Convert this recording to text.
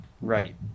Right